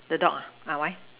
the dog ah ah why